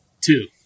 Two